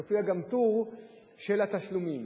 יופיע גם טור של התשלומים.